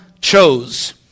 chose